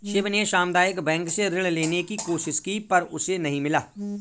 शिव ने सामुदायिक बैंक से ऋण लेने की कोशिश की पर उसे नही मिला